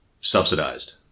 subsidized